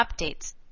updates